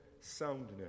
soundness